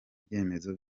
byemezo